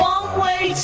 One-way